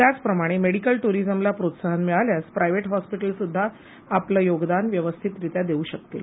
त्याचप्रमाणे मेडिकल ट्ररिझमला प्रोत्साहन मिळाल्यास प्रायव्हेट हॉस्पिटल्स आपलं योगदान व्यवस्थितरित्या देऊ शकतील